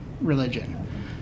religion